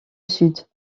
sud